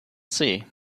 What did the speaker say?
sea